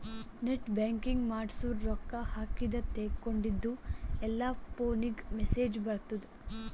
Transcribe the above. net banking ಮಾಡ್ಸುರ್ ರೊಕ್ಕಾ ಹಾಕಿದ ತೇಕೊಂಡಿದ್ದು ಎಲ್ಲಾ ಫೋನಿಗ್ ಮೆಸೇಜ್ ಬರ್ತುದ್